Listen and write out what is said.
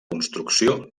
construcció